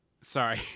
Sorry